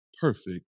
perfect